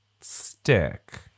stick